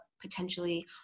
potentially